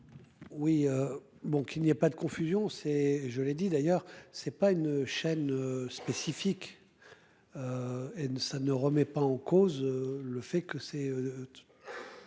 Oui bon qu'il n'y a pas de confusion c'est je l'ai dit d'ailleurs c'est pas une chaîne spécifique. Ça ne remet pas en cause le fait que c'est.